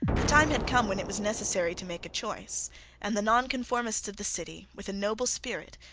the time had come when it was necessary to make a choice and the nonconformists of the city, with a noble spirit,